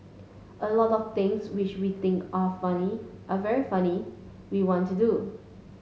a lot of things which we think are funny are very funny we want to do